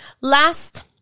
Last